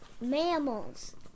Mammals